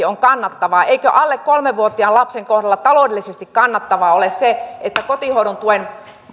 on kannattavaa eikö alle kolme vuotiaan lapsen kohdalla taloudellisesti kannattavaa ole se että kotihoidon tuen